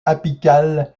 apical